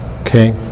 okay